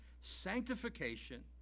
sanctification